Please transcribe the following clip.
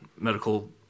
Medical